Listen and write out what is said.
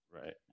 Right